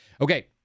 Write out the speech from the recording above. Okay